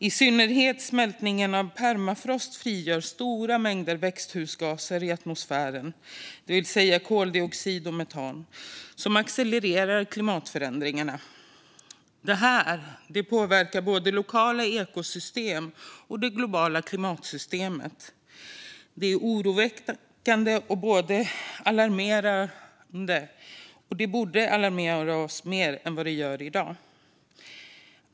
I synnerhet smältningen av permafrost frigör stora mängder växthusgaser i atmosfären, det vill säga koldioxid och metan, som accelererar klimatförändringarna. Detta påverkar både lokala ekosystem och det globala klimatsystemet. Det är oroväckande och borde vara mer alarmerande för oss än vad det är i dag.